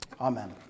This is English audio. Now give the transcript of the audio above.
Amen